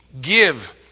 give